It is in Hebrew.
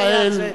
בעמק יזרעאל,